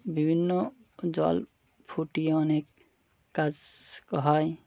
বিভিন্ন জল ফুটিয়ে অনেক কাজ হয়